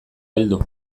heldu